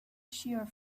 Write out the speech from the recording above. shear